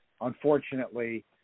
unfortunately